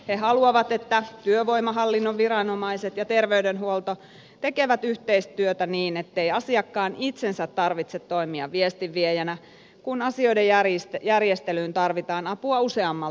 he haluavat että työvoimahallinnon viranomaiset ja terveydenhuolto tekevät yhteistyötä niin ettei asiakkaan itsensä tarvitse toimia viestinviejänä kun asioiden järjestelyyn tarvitaan apua useammalta taholta